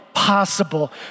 possible